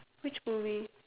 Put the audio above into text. which movie